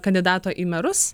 kandidato į merus